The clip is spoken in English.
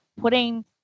putting